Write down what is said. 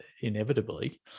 inevitably